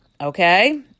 okay